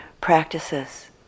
practices